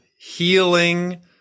healing